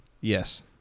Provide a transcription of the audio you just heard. Yes